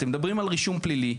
אתם מדברים על רישום פלילי,